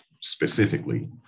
specifically